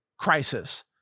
Crisis